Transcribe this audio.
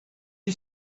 you